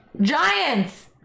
Giants